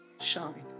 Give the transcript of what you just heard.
shine